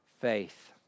faith